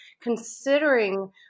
considering